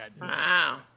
Wow